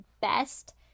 best